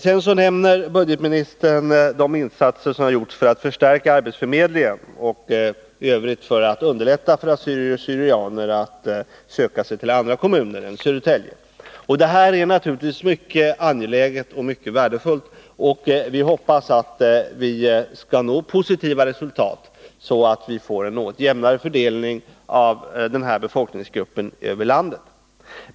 Sedan nämner budgetministern de insatser som har gjorts för att förstärka arbetsförmedlingen och för att i övrigt underlätta för assyrier/syrianer att söka sig till andra kommuner än Södertälje. Det är naturligtvis mycket angeläget och värdefullt, och vi hoppas kunna nå positiva resultat, så att det blir en något jämnare fördelning av den här befolkningsgruppen över landet.